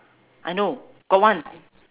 I know got one